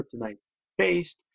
kryptonite-based